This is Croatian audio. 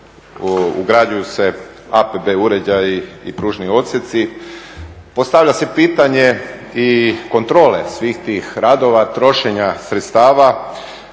ugrađuju se APB uređaji i pružni odsjeci. Postavlja se pitanje i kontrole svih tih radova, trošenja sredstava.